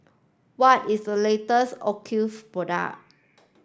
what is the latest Ocuvite product